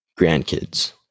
grandkids